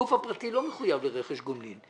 הגוף הפרטי לא מחויב לרכש גומלין,